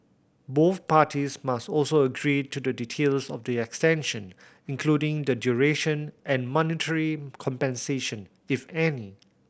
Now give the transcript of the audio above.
both parties must also agree to the details of the extension including the duration and monetary compensation if any